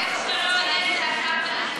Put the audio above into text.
איך שלא יהיה זה עבר אליי.